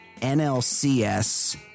NLCS